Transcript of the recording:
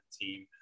team